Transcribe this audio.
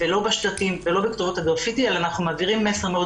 לא בשלטים ולא בכתובות הגרפיטי אלא אנחנו מעבירים מסר מאוד